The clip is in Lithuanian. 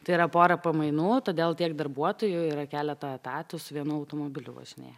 tai yra porą pamainų todėl tiek darbuotojų yra keletą etatų su vienu automobiliu važinėja